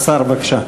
השר, בבקשה.